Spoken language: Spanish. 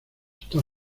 está